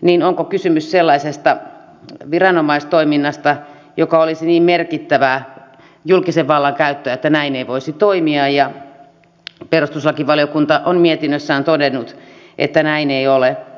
niin onko kysymys sellaisesta viranomaistoiminnasta joka olisi niin merkittävää julkisen vallan käyttöä että näin ei voisi toimia ja perustuslakivaliokunta on mietinnössään todennut että näin ei ole